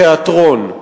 תיאטרון,